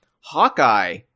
Hawkeye